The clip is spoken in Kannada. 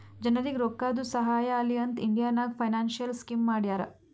ಜನರಿಗ್ ರೋಕ್ಕಾದು ಸಹಾಯ ಆಲಿ ಅಂತ್ ಇಂಡಿಯಾ ನಾಗ್ ಫೈನಾನ್ಸಿಯಲ್ ಸ್ಕೀಮ್ ಮಾಡ್ಯಾರ